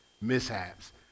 mishaps